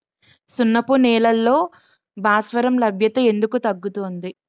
సున్నపు నేలల్లో భాస్వరం లభ్యత ఎందుకు తగ్గుతుంది?